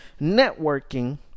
Networking